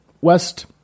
west